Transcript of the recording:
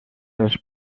els